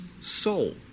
soul